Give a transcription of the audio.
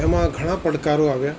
એમાં ઘણા પડકારો આવ્યા